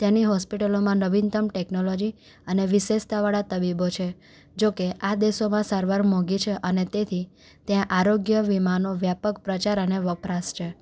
ત્યાંની હોસ્પિટલોમાં નવીનતમ ટેક્નોલોજી અને વિશેષતા વાળા તબીબો છે જોકે આ દેશોમાં સારવારો મોંઘી છે અને તેથી ત્યાં આરોગ્ય વીમાનો વ્યાપક પ્રચાર અને વપરાશ છે